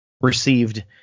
received